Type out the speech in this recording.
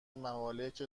ممالک